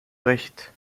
recht